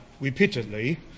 repeatedly